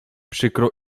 przykro